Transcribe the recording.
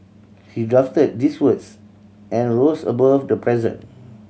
he drafted these words and rose above the present